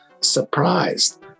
surprised